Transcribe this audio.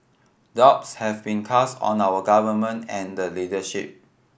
doubts have been cast on our Government and the leadership